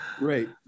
right